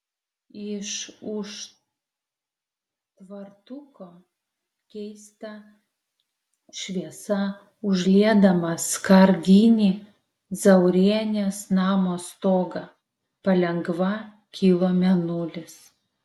iš už tvartuko keista šviesa užliedamas skardinį zaurienės namo stogą palengva kilo mėnulis